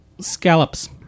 Scallops